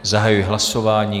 Zahajuji hlasování.